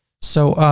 so,